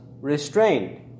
restrained